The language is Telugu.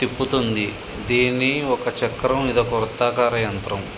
తిప్పుతుంది దీని ఒక చక్రం ఇదొక వృత్తాకార యంత్రం